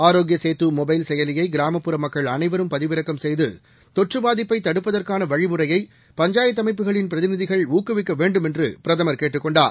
ஆரோக்கிய Setu mobile செயலியை கிராமப்புற மக்கள் அளைவரும் பதிவிறக்கம் செய்து தொற்று பாதிப்பை தடுப்பதற்கான வழிமுறையை பஞ்சாயத்து அமைப்புகளின் பிரதிநிதிகள் ஊக்குவிக்க வேண்டும் என்று பிரதமர் கேட்டுக் கொண்டார்